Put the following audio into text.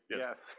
Yes